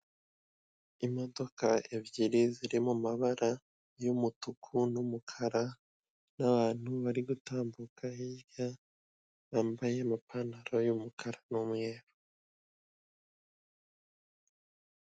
Imodoka ebyiri ziri mu mabara y'umutuku n'umukara n'abantu bari gutambuka hirya bambaye amapantaro y'umukara n'umweru.